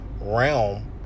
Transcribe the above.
realm